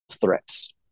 threats